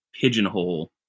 pigeonhole